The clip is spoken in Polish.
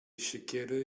siekiery